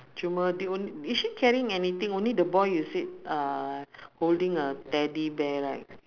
cuma the on~ is she carrying anything only the boy you said uh holding a teddy bear right